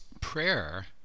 prayer